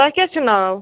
تۄہہِ کیٛاہ چھُ ناو